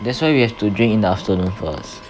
that's why we have to drink in the afternoon first